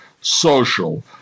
social